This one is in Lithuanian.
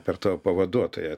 per tavo pavaduotoją